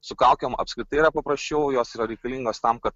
su kaukėm apskritai yra paprasčiau jos yra reikalingos tam kad